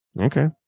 okay